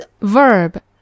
verb